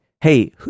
hey